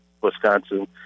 Wisconsin